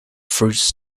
fruits